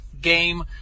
game